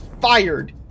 fired